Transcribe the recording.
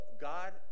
God